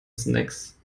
snacks